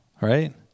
right